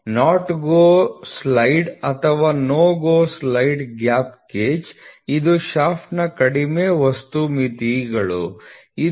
NOT GO side ಅಥವಾ NO GO side gap gauge ಇದು ಶಾಫ್ಟ್ನ ಕಡಿಮೆ ವಸ್ತು ಮಿತಿಗಳು ಇದು 24